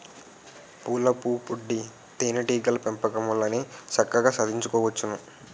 పూలపుప్పొడి తేనే టీగల పెంపకం వల్లనే చక్కగా సాధించుకోవచ్చును